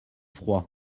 froid